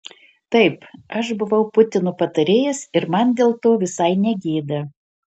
taip aš buvau putino patarėjas ir man dėl to visai ne gėda